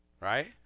right